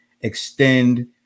extend